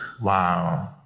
Wow